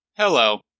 Hello